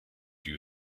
you